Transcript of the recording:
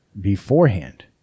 beforehand